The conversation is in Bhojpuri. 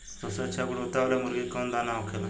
सबसे अच्छा गुणवत्ता वाला मुर्गी के कौन दाना होखेला?